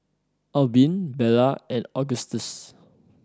Albin Bella and Agustus